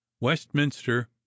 westminster